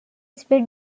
split